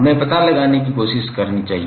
हमें पता लगाने की कोशिश करें